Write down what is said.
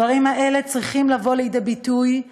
הדברים האלה צריכים לבוא לידי ביטוי,